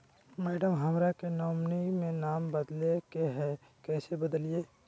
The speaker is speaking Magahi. मैडम, हमरा के नॉमिनी में नाम बदले के हैं, कैसे बदलिए